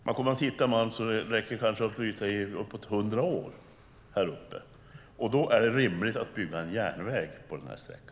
Man kommer att hitta malm så det räcker att bryta i kanske uppåt 100 år däruppe. Med de möjligheter som finns tror jag att det i alla fall är rimligt att bygga en järnväg på denna sträcka.